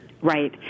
Right